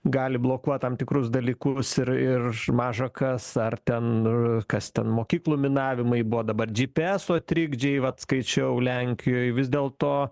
gali blokuot tam tikrus dalykus ir ir maža kas ar ten kas ten mokyklų minavimai buvo dabar dži pi eso trikdžiai vat skaičiau lenkijoj vis dėl to